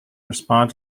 respond